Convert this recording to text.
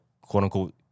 quote-unquote